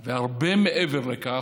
והרבה מעבר לכך,